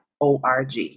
org